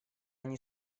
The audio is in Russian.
они